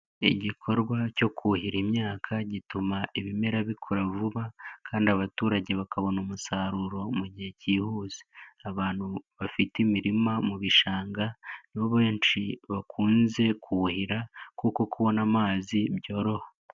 Igikorwa cyo kuhira imyaka gituma ibimera bikora vuba kandi abaturage bakabona umusaruro mu gihe cyihuse. Abantu bafite imirima mu bishanga nibo benshi bakunze kuhira kuko kubona amazi byoroha.